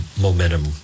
momentum